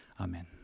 Amen